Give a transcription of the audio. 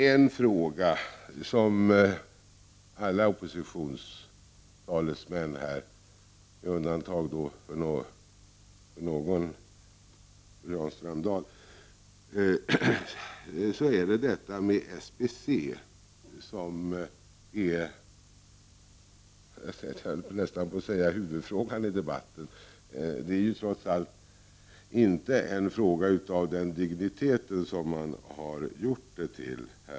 En fråga som för alla oppositionstalesmän, med undantag för Jan Strömdahl, nästan är en huvudfråga i debatten är SBC:s ställning. Trots allt är det inte en fråga av den dignitet som den har gjorts till.